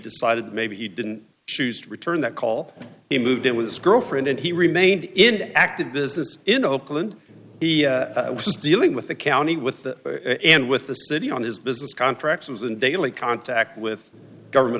decided maybe he didn't choose to return that call he moved in with his girlfriend and he remained in active business in oakland he was dealing with the county with and with the city on his business contracts and daily contact with government